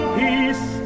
peace